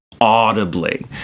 audibly